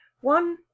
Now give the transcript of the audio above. one